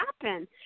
happen